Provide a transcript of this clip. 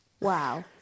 Wow